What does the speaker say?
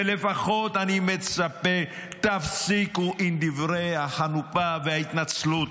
ואני מצפה שלפחות תפסיקו עם דברי החנופה וההתנצלות.